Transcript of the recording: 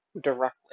directly